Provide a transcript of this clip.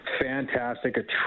fantastic